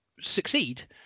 succeed